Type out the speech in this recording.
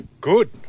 Good